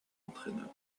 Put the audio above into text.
entraîneur